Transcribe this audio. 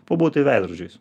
pabūti veidrodžiais